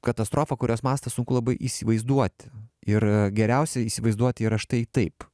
katastrofa kurios mastą sunku labai įsivaizduoti ir geriausia įsivaizduoti yra štai taip